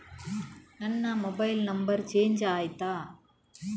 ನನ್ನ mobile number change ಆಯ್ತಾ?